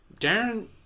Darren